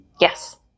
Yes